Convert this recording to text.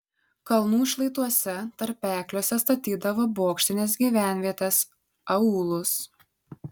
kalnų šlaituose tarpekliuose statydavo bokštines gyvenvietes aūlus